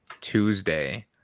Tuesday